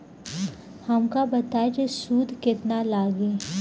हमका बताई कि सूद केतना लागी?